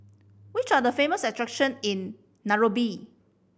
which are the famous attraction in Nairobi